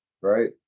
right